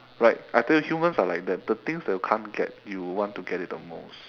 right I tell you humans are like that the things that you can't get you want to get it the most